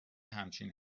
همچین